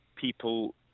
people